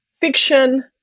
fiction